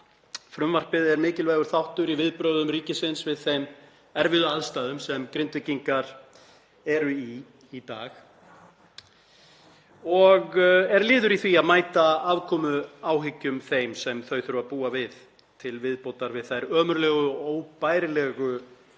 Frumvarpið er mikilvægur þáttur í viðbrögðum ríkisins við þeim erfiðu aðstæðum sem Grindvíkingar eru í í dag og er liður í því að mæta afkomuáhyggjum þeim sem þau þurfa að búa við til viðbótar við þær ömurlegu og óbærilegu